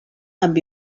amb